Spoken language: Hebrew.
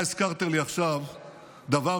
אתה הזכרת לי עכשיו דבר,